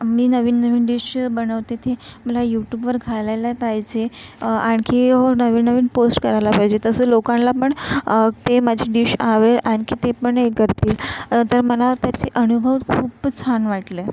मी नवीन नवीन डिश बनवते ते मला यूटूबवर घालायला पाहिजे आणखी हो नवीन नवीन पोस्ट करायला पाहिजे तसं लोकाना पण ते माझी डिश आवडेल आणखी ते पण हे करतील तर मला त्याचे अनुभव खूपच छान वाटले